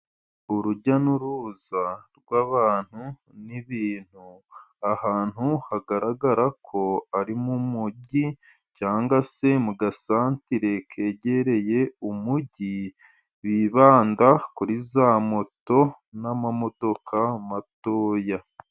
Urujya n'uruza rw'abantu n'ibintu ahantu hagaragarako ari mu mujyi cyangwa se mu gasantere, kegereye umujyi bibanda kuri za moto, n'amamodoka matoya.